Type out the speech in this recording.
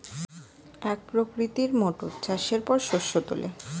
এক প্রকৃতির মোটর চাষের পর শস্য তোলে